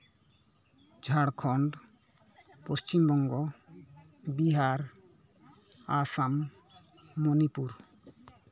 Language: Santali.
ᱡᱷᱟᱲᱠᱷᱚᱸᱰ ᱯᱚᱥᱪᱷᱤᱢ ᱵᱚᱝᱜᱚ ᱵᱤᱦᱟᱨ ᱟᱥᱟᱢ ᱢᱩᱱᱤᱯᱩᱨ